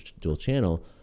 dual-channel